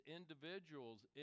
individuals